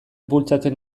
bultzatzen